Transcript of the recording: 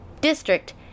district